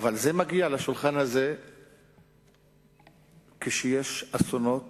אבל זה מגיע לשולחן הזה כשיש אסונות